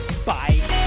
Bye